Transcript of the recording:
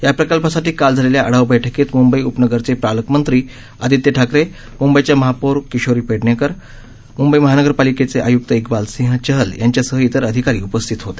या प्रकल्पासाठी काल झालेल्या आढावा बैठकीत मंबई उपनगरचे पालकमंत्री आदित्य ठाकरे मंबईच्या महापौर किशोरी पेडणेकर म्ंबई महानगरपालिकेचे आय्क्त इक्बाल सिंह चहल यांच्यासह इतर अधिकारी उपस्थित होते